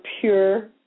pure